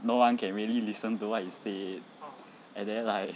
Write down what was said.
no one can really listen to what he said and then like